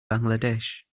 bangladesh